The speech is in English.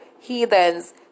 heathens